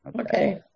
Okay